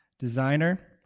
Designer